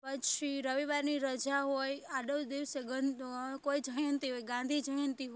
પછી રવિવારની રજા હોય આડો દિવસે કોઈ જયંતી હોય ગાંધી જયંતી હોય